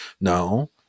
No